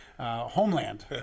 Homeland